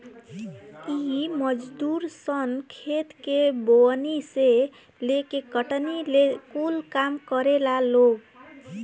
इ मजदूर सन खेत के बोअनी से लेके कटनी ले कूल काम करेला लोग